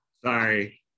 Sorry